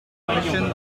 protection